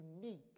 unique